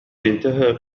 انتهى